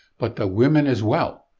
but the women as well.